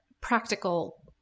practical